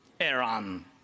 Iran